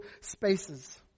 spaces